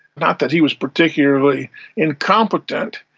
not that he was particularly incompetent,